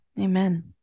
Amen